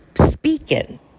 speaking